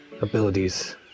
abilities